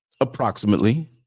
approximately